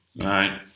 Right